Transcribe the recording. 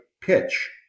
pitch